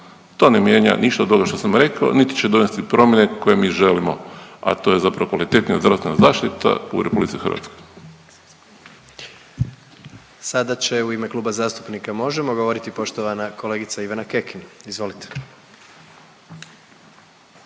to ne mijenja ništa od onog što sam rekao niti će donijeti promjene koje mi želimo, a to je zapravo kvalitetnija zdravstvena zaštita u RH. **Jandroković, Gordan (HDZ)** Sada će u ime Kluba zastupnika Možemo!, govoriti poštovana kolegica Ivana Kekin. Izvolite.